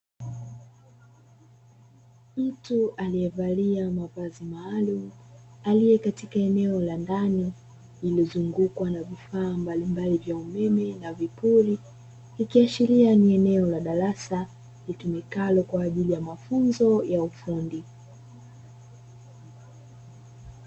Mtu aliyevalia mavazi maalum aliye katika eneo la ndani lilozungukwa na vifaa mbalimbali vya umeme na vipuri ikiashiria ni eneo la darasa litumikalo kwa ajili ya mafunzo ya ufundi.